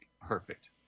Perfect